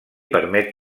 permet